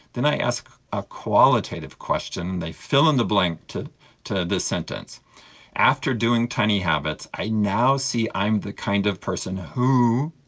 then i ask a qualitative question, they fill in the blank to to this sentence after doing tiny habits, i now see i'm the kind of person who,